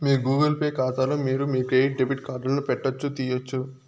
మీ Google Pay కాతాలో మీరు మీ క్రెడిట్ డెబిట్ కార్డులను పెట్టొచ్చు, తీయొచ్చు